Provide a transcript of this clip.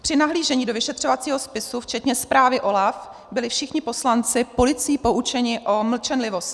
Při nahlížení do vyšetřovacího spisu včetně zprávy OLAF byli všichni poslanci policií poučeni o mlčenlivosti.